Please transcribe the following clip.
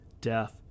death